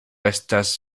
estas